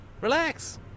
Relax